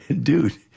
dude